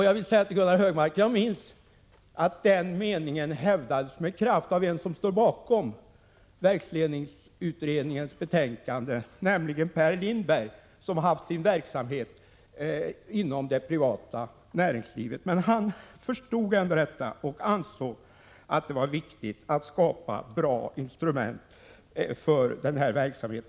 Jag vill säga till Gunnar Hökmark att jag minns att den meningen med kraft hävdades av en person som står bakom verksledningsutredningens betänkande, nämligen Per Lindberg, som har haft sin verksamhet inom det privata näringslivet. Han förstod detta och ansåg att det var viktigt att skapa bra instrument för denna verksamhet.